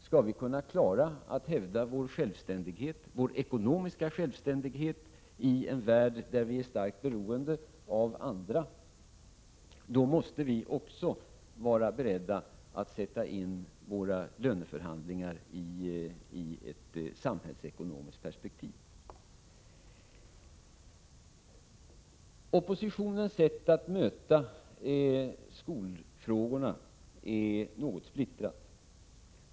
Skall vi kunna klara att hävda vår ekonomiska självständighet i en värld där vi är starkt beroende av andra, måste vi också vara beredda att sätta in våra löneförhandlingar i ett samhällsekonomiskt perspektiv. Oppositionens sätt att möta skolfrågorna är något splittrat.